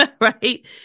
right